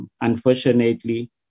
unfortunately